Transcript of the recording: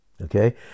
okay